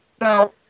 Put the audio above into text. Now